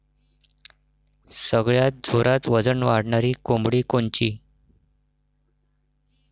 सगळ्यात जोरात वजन वाढणारी कोंबडी कोनची?